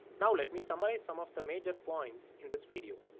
now let me summarize some of the major points in this video.